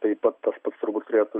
taip pat tas pats turbūt turėtų